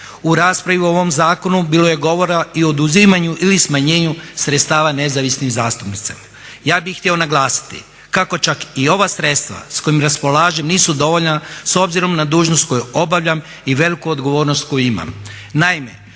U raspravi o ovom zakonu bilo je govora i o oduzimanju ili smanjenju sredstava nezavisnih zastupnika. Ja bih htio naglasiti kako čak i ova sredstva s kojim raspolažem nisu dovoljna s obzirom na dužnost koju obavljam i veliku odgovornost koju imam.